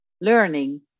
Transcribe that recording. learning